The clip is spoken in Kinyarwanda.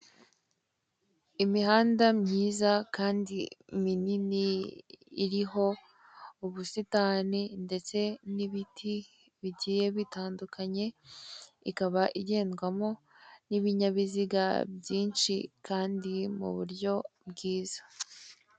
Imihanda myiza kandi minini iriho ubusitani ndetse n'ibiti bigiye bitandukanye, ikaba igendwamo n'ibinyabiziga byinshi kandi mu buryo bwiza.